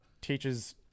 teaches